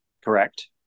correct